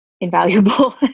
invaluable